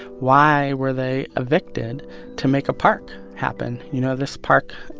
why were they evicted to make a park happen? you know, this park,